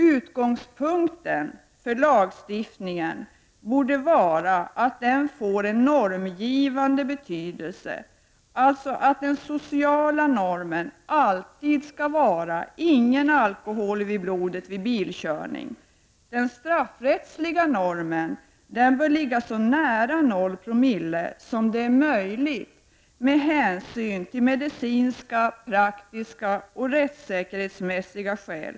Utgångspunkten för lagstiftningen borde vara att den får en normgivande betydelse, dvs. att den sociala normen alltid skall vara att det inte får förekomma någon alkohol i blodet vid bilkörning. Den straffrättsliga normen bör ligga så nära 0960 som det är möjligt av medicinska, praktiska och rättssäkerhetsmässiga skäl.